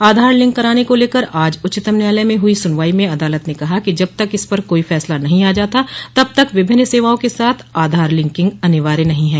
आधार link कराने को लेकर आज उच्चतम न्यायालय में हुई सुनवाई में अदालत ने कहा कि जब तक इस पर कोई फैसला नहीं आ जाता तब तक विभिन्न सेवाओं के साथ आधार लिंकिग अनिवार्य नहीं है